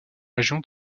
région